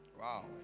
Wow